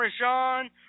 parmesan